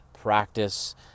practice